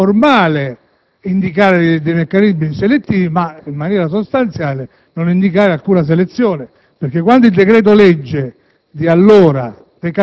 in maniera formale indicare dei meccanismi selettivi, ma in maniera sostanziale non indicare alcuna selezione. Infatti, quando il decreto‑legge